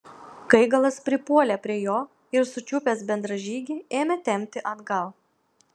gaigalas pripuolė prie jo ir sučiupęs bendražygį ėmė tempti atgal